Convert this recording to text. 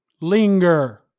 Linger